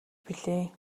билээ